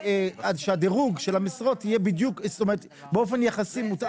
שהדירוג של הדירוג יהיה מותאם, באופן יחסי.